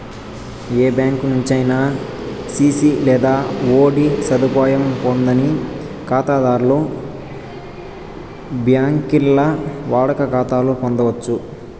ఏ బ్యాంకి నుంచైనా సిసి లేదా ఓడీ సదుపాయం పొందని కాతాధర్లు బాంకీల్ల వాడుక కాతాలు పొందచ్చు